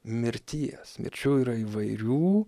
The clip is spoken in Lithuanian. mirties mirčių yra įvairių